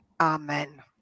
amen